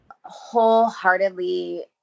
wholeheartedly